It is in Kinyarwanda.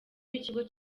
w’ikigo